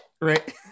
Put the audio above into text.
right